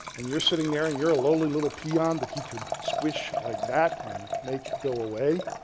and you're sitting there and you're a lowly little peon that he could squish like that and make you go away.